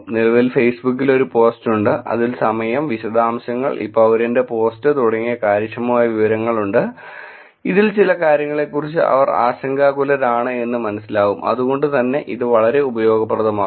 നിലവിൽ ഫേസ്ബുക്കിൽ ഒരു പോസ്റ്റ് ഉണ്ട് അതിൽ സമയം വിശദാംശങ്ങൾ ഈ പൌരന്റെ പോസ്റ്റ് തുടങ്ങിയ കാര്യക്ഷമമായ വിവരങ്ങൾ ഉണ്ട് ഇതിൽ ചില കാര്യങ്ങളെക്കുറിച്ച് അവർ ആശങ്കാകുലരാണ് എന്ന് മനസിലാകും അതുകൊണ്ടുതന്നെ ഇത് വളരെ ഉപയോഗപ്രദമാകും